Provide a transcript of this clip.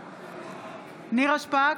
בעד נירה שפק,